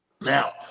Now